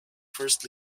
first